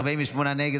48 נגד.